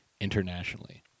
internationally